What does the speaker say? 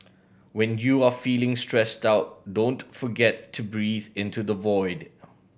when you are feeling stressed out don't forget to breathe into the void